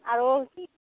আৰু